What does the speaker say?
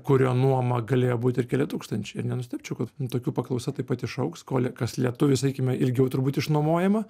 kurio nuoma galėjo būt ir keli tūkstančiai ir nenustebčiau kad tokių paklausa taip pat išaugs kol kas lietuviui sakykime ilgiau turbūt išnuomojama